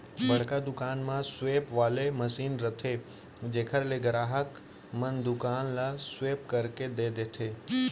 बड़का दुकान म स्वेप वाले मसीन रथे जेकर ले गराहक मन दुकानदार ल स्वेप करके दे देथे